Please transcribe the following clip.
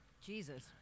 Jesus